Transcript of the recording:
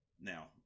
Now